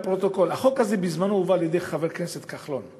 לפרוטוקול: החוק הזה בזמנו הובא על-ידי חבר הכנסת כחלון,